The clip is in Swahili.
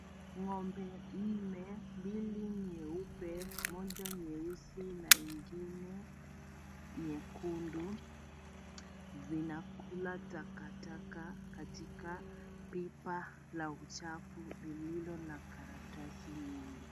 Ng'ombe nne, mbili nyeupe, moja nyeusi na nyingine nyekundu, zinakula takataka katika pipa la uchafu, lililo na karatasi mingi.